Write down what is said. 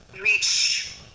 reach